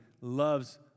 loves